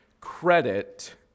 credit